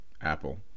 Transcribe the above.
Apple